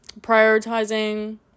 prioritizing